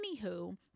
anywho